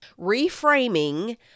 Reframing